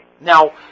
now